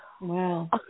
Wow